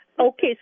Okay